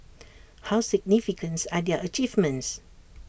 how significant are their achievements